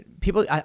people